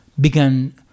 began